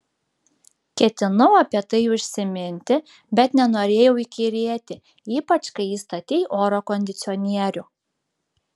ketinau apie tai užsiminti bet nenorėjau įkyrėti ypač kai įstatei oro kondicionierių